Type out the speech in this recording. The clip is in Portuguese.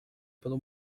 pelo